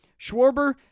Schwarber